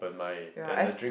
ya es~